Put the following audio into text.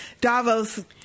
Davos